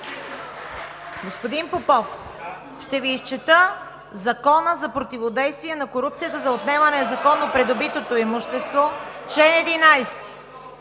Господин Попов, ще Ви изчета Закона за противодействие на корупцията за отнемане на незаконно придобитото имущество, чл. 11: